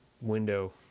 window